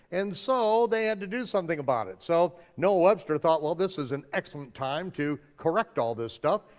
and so they had to do something about it. so noah webster thought, well, this is an excellent time to correct all this stuff,